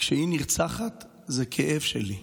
כשהיא נרצחת, זה כאב שלי.